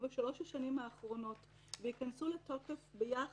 בשלוש השנים האחרונות וייכנסו לתוקף ביחד,